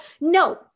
no